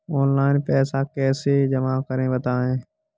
Online पैसा कैसे जमा करें बताएँ?